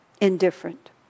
indifferent